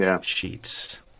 sheets